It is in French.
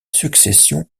succession